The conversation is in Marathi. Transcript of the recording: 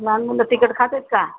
लहान मुलं तिखट खात आहेत का